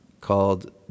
called –